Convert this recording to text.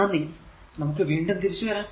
നന്ദി നമുക്ക് വീണ്ടും തിരിച്ചു വരാം